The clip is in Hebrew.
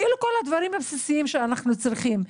כל הדברים הבסיסיים שאנחנו צריכים.